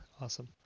Awesome